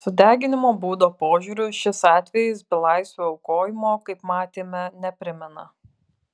sudeginimo būdo požiūriu šis atvejis belaisvio aukojimo kaip matėme neprimena